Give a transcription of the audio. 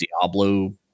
Diablo